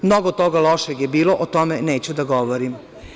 Mnogo toga lošeg je bilo, o tome neću da govorim.